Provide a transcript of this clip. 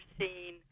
seen